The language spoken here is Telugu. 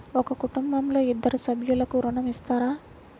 ఒక కుటుంబంలో ఇద్దరు సభ్యులకు ఋణం ఇస్తారా?